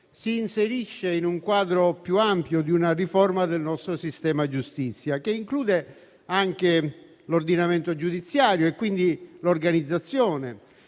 si inserisce nel quadro più ampio di una riforma del nostro sistema giustizia che include anche l'ordinamento giudiziario, quindi l'organizzazione